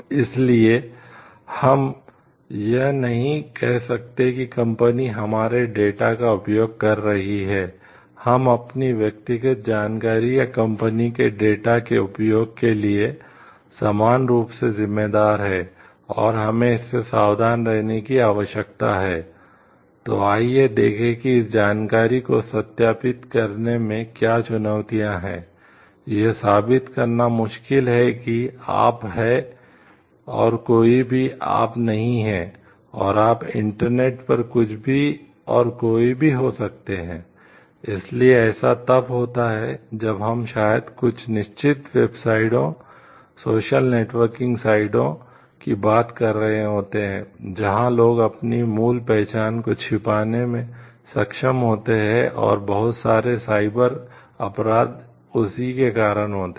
इसलिए हम यह नहीं कह सकते कि कंपनी हमारे डेटा अपराध उसी के कारण होते हैं